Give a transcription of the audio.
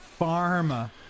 pharma